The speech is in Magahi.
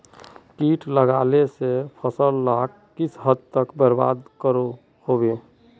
किट लगाले से फसल डाक किस हद तक बर्बाद करो होबे?